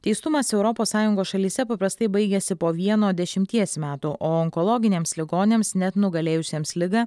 teistumas europos sąjungos šalyse paprastai baigiasi po vieno dešimties metų o onkologiniams ligoniams net nugalėjusiems ligą